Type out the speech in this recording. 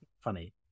funny